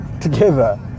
together